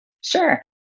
Sure